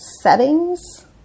settings